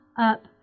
up